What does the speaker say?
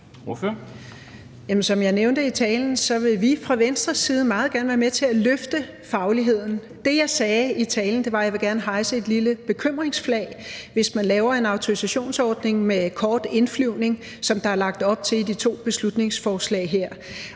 Som jeg nævnte i talen, vil vi fra Venstres side meget gerne være med til at løfte fagligheden. Det, som jeg sagde i talen, var, at jeg gerne ville hejse et lille bekymringsflag, hvis man laver en autorisationsordning med kort indflyvning, som der er lagt op til i de to beslutningsforslag her.